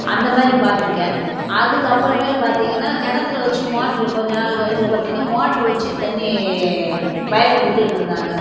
அந்த மாதிரி பார்த்துருக்கேன் அதுக்கு அப்புறம் மேலே பார்த்தீங்கன்னா கிணத்துல வச்சி மோட்ரு கொஞ்ச நாள் கழிச்சி பார்த்தீங்கன்னா மோட்ரு வச்சி தண்ணி வயலுக்கு விட்டுட்டு இருந்தாங்க